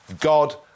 God